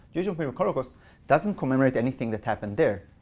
jewish museum of holocaust doesn't commemorate anything that happened there.